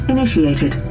Initiated